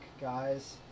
guys